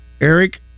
Eric